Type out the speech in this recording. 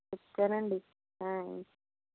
చెప్తానండి ఆయ్